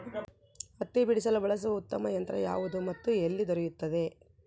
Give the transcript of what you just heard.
ಹತ್ತಿ ಬಿಡಿಸಲು ಬಳಸುವ ಉತ್ತಮ ಯಂತ್ರ ಯಾವುದು ಮತ್ತು ಎಲ್ಲಿ ದೊರೆಯುತ್ತದೆ?